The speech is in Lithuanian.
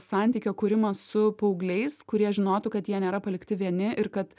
santykio kūrimas su paaugliais kurie žinotų kad jie nėra palikti vieni ir kad